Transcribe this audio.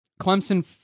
Clemson